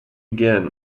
again